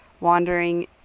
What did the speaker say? wandering